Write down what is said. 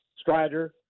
Strider